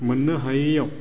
मोननो हायियाव